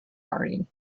party